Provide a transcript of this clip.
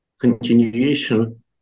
Continuation